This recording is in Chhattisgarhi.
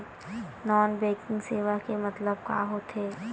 नॉन बैंकिंग सेवा के मतलब का होथे?